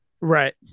Right